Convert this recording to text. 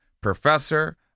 professor